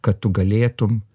kad tu galėtum